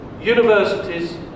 universities